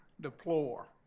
deplore